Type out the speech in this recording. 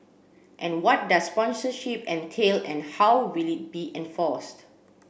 and what does sponsorship entail and how will it be enforced